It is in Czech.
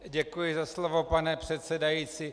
Děkuji za slovo, pane předsedající.